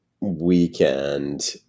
weekend